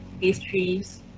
pastries